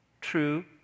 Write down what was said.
true